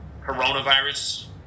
coronavirus